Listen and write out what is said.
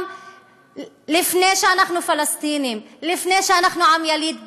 גם לפני שאנחנו פלסטינים, לפני שאנחנו עם יליד פה,